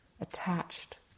attached